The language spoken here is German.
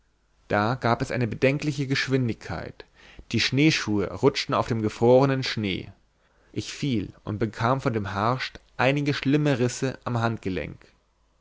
da gab es eine bedenkliche geschwindigkeit die schneeschuhe rutschten auf dem gefrorenen schnee ich fiel und bekam von dem harscht einige schlimme risse am handgelenk